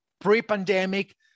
pre-pandemic